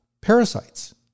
parasites